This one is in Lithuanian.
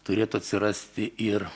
turėtų atsirasti ir